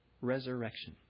Resurrection